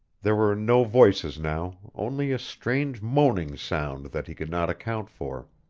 there were no voices now, only a strange moaning sound that he could not account for.